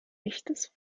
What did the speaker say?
echtes